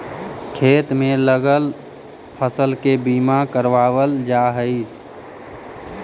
खेत में लगल फसल के भी बीमा करावाल जा हई